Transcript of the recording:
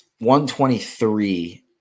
123